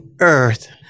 earth